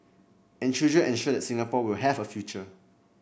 and children ensure that Singapore will have a future